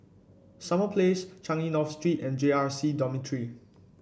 Summer Place Changi North Street and J R C Dormitory